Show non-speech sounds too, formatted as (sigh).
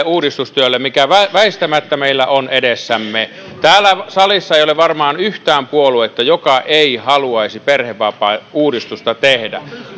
(unintelligible) uudistustyölle mikä väistämättä meillä on edessämme täällä salissa ei ole varmaan yhtään puoluetta joka ei haluaisi perhevapaauudistusta tehdä